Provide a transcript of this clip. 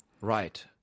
Right